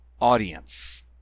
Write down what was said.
Audience